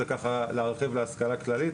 זה ככה להרחיב להשכלה כללית,